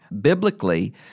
Biblically